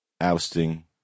ousting